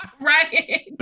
Right